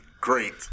great